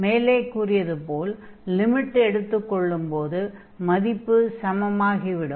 மேலே கூறியது போல் லிமிட் எடுத்துக் கொள்ளும்போது மதிப்பு சமமாகி விடும்